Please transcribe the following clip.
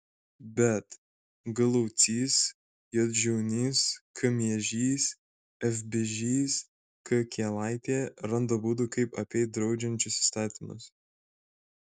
bet g laucys j žiaunys k miežys f bižys k kielaitė randa būdų kaip apeit draudžiančius įstatymus